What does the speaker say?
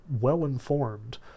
well-informed